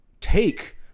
take